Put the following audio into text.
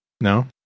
No